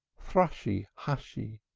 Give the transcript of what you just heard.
thrushy, hushy,